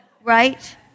Right